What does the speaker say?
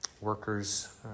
workers